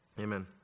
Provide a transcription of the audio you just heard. amen